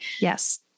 Yes